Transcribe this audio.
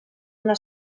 una